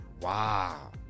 Wow